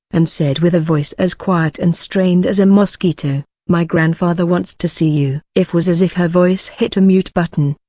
and said with a voice as quiet and strained as a mosquito, my grandfather wants to see you. if was as if her voice hit a mute button,